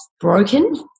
broken